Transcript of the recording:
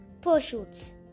pursuits